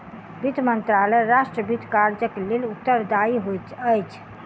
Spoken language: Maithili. वित्त मंत्रालय राष्ट्र वित्त कार्यक लेल उत्तरदायी होइत अछि